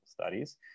studies